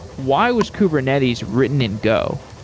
why was kubernetes written in go?